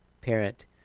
parent